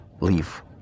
leave